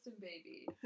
baby